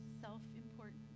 self-important